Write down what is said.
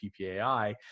PPAI